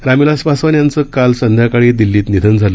राम विलास पासवान यांचं काल संध्याकाळी दिल्लीत निधन झालं